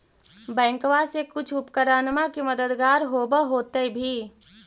बैंकबा से कुछ उपकरणमा के मददगार होब होतै भी?